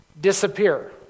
disappear